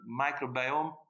microbiome